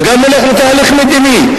וגם הולך לתהליך מדיני.